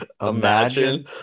Imagine